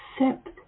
accept